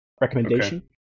recommendation